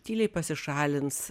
tyliai pasišalins